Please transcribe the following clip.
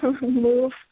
move